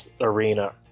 arena